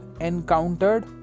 encountered